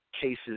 cases